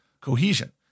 cohesion